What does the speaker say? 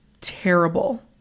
terrible